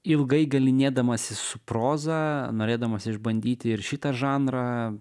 ilgai galynėdamasis su proza norėdamas išbandyti ir šitą žanrą